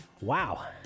Wow